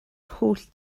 holl